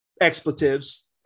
expletives